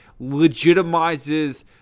legitimizes